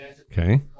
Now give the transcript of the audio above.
okay